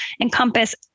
encompass